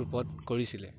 ৰূপত কৰিছিলে